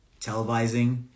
televising